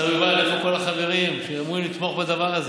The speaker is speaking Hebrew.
השר יובל, איפה כל החברים שאמורים לתמוך בדבר הזה?